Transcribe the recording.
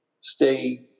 stay